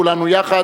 כולנו יחד,